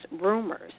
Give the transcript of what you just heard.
rumors